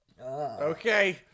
Okay